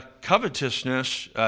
covetousness